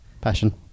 Passion